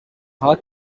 hard